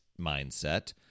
mindset